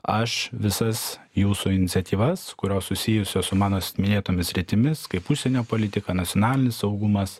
aš visas jūsų iniciatyvas kurios susijusios su mano minėtomis sritimis kaip užsienio politika nacionalinis saugumas